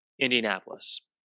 Indianapolis